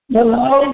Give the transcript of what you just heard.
Hello